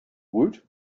woot